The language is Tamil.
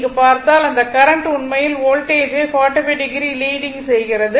இங்கு பார்த்தால் அந்த கரண்ட் உண்மையில் வோல்டேஜை 45o லீடிங் செய்கிறது